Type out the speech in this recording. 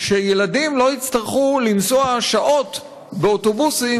שילדים לא יצטרכו לנסוע שעות באוטובוסים,